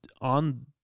on